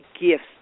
gifts